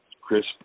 Chris